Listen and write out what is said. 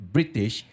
British